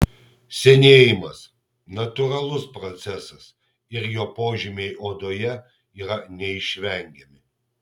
senėjimas natūralus procesas ir jo požymiai odoje yra neišvengiami